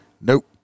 nope